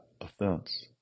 offense